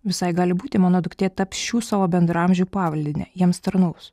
visai gali būti mano duktė taps šių savo bendraamžių pavaldine jiems tarnaus